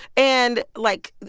and, like,